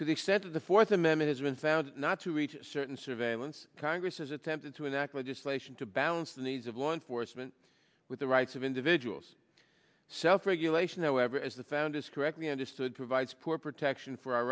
to the set of the fourth amendment has been found not to reach a certain surveillance congress has attempted to enact legislation to balance the needs of law enforcement with the rights of individuals self regulation however as the founders correctly understood provides poor protection for our